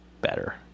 better